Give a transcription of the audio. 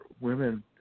women